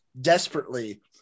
desperately